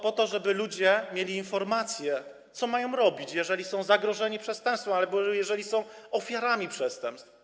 Po to, żeby ludzie mieli informacje, co mają robić, jeżeli są zagrożeni przestępstwem albo jeżeli są ofiarami przestępstw.